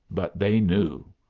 but they knew.